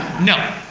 no,